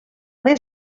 mes